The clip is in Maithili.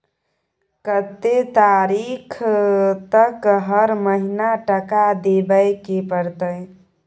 कत्ते तारीख तक हर महीना टका देबै के परतै?